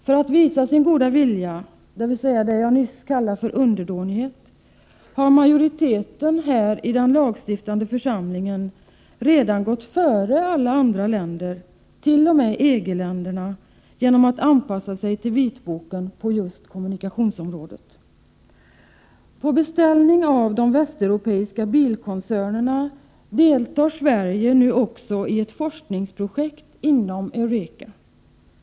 För att visa sin goda vilja — det jag nyss kallade underdånighet — har majoriteten i den lagstiftande församlingen här redan gått före alla andra länder, t.o.m. EG-länderna, genom att anpassa sig till vitboken på kommunikationsområdet. På beställning av de västeuropeiska bilkoncernerna deltar Sverige nu också i ett forskningsprojekt inom Eureka.